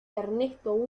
ernesto